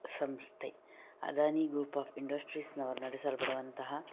ಸಂಸ್ಥೆ Adani group of ಇಂಡಸ್ಟ್ರೀಸ್ನವರು ನಡೆಸಲ್ಪಡುವಂತಹ